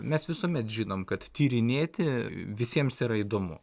mes visuomet žinom kad tyrinėti visiems yra įdomu